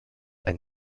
ein